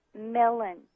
melon